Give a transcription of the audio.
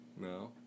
No